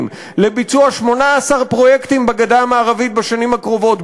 לביצוע 18 פרויקטים בגדה המערבית בשנים הקרובות,